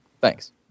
Thanks